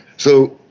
so,